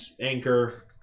Anchor